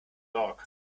dog